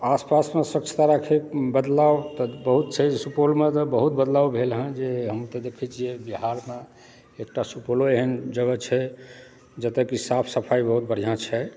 आसपासमे स्वच्छता राखै बदलाव तऽ बहुत छै सुपौलमे तऽ बहुत बदलाव भेलै हँ जे हम तऽ देखैत छियैक बिहारमे एकटा सुपौलो एहन जगह छै जतय कि साफ सफाइ बहुत बढ़िआँ छै